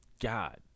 God